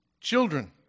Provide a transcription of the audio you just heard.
Children